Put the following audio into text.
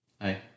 Hi